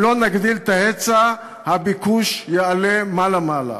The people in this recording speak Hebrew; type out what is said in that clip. אם לא נגדיל את ההיצע, הביקוש יעלה מעלה מעלה.